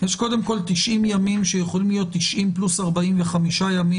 יש 90 ימים שיכולים להיות 90 פלוס 45 ימים,